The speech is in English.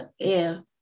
air